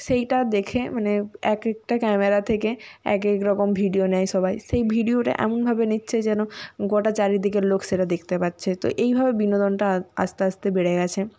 সেইটা দেখে মানে এক একটা ক্যামেরা থেকে এক এক রকম ভিডিও নেয় সবাই সেই ভিডিওটা এমনভাবে নিচ্ছে যেন গোটা চারদিকের লোক সেটা দেখতে পাচ্ছে তো এইভাবে বিনোদনটা আস্তে আস্তে বেড়ে গেছে